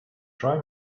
try